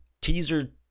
teaser